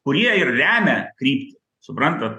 kurie ir remia kryptį suprantat